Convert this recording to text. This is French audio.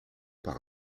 par